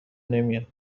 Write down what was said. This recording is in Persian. نمیان